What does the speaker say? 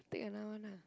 take another one lah